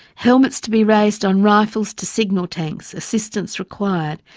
helmets to be raised on rifles to signal tanks, assistance required.